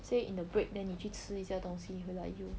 say in the break then 你去吃一下东西回来就